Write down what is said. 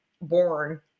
born